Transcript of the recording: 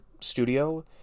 studio